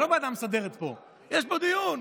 זה לא הוועדה המסדרת פה, יש פה דיון.